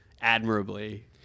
admirably